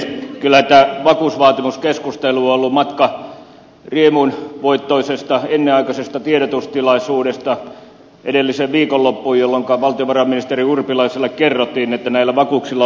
kyllä tämä vakuusvaatimuskeskustelu on ollut matka riemunvoittoisesta ennenaikaisesta tiedotustilaisuudesta edelliseen viikonloppuun jolloinka valtiovarainministeri urpilaiselle kerrottiin että näillä vakuuksilla on myös hinta